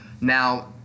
Now